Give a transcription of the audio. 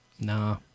Nah